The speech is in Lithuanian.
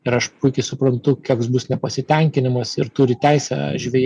ir aš puikiai suprantu koks bus nepasitenkinimas ir turi teisę žvejai